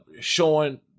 showing